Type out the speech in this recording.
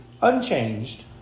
unchanged